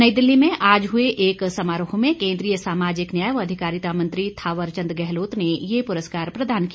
नई दिल्ली में आज हुए एक समारोह में केंद्रीय सामाजिक न्याय व अधिकारिता मंत्री थावर चंद गहलोत ने ये पुरस्कार प्रदान किया